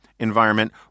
environment